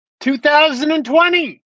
2020